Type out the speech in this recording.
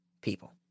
people